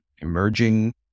Emerging